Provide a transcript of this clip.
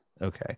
Okay